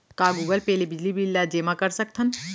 का Google Pay ले बिजली बिल ल जेमा कर सकथन?